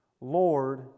Lord